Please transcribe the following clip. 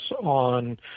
on